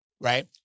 Right